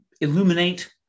illuminate